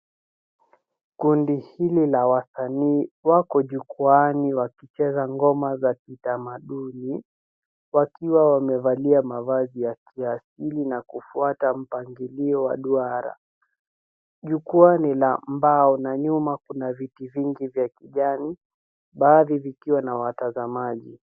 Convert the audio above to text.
Kundi hili la wasanii wako jukwaani wakicheza ngoma za kitamaduni wakiwa wamevalia mavazi ya kijadi ili na kufuata mpangilio wa duara. Jukwaa ni la mbao na nyuma kuna viti vingi vya kijani baadhi vikiwa na watazamaji.